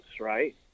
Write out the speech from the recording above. right